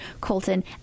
Colton